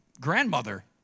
grandmother